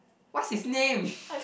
what's his name